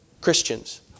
Christians